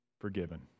forgiven